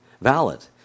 valid